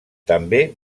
també